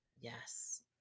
yes